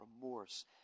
remorse